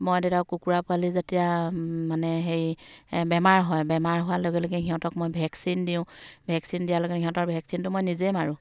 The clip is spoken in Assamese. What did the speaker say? মই তেতিয়া কুকুৰা পোৱালি যেতিয়া মানে হেৰি এই বেমাৰ হয় বেমাৰ হোৱাৰ লগে লগে সিহঁতক মই ভেকচিন দিওঁ ভেকচিন দিয়াৰ লগে লগে সিহঁতৰ ভেকচিনটো মই নিজেই মাৰোঁ